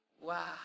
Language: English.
Wow